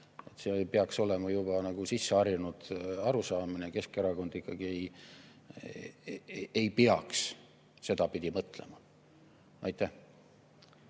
See peaks olema juba nagu sisseharjunud arusaamine. Keskerakond ei peaks sedapidi mõtlema. Aitäh!